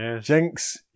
jinx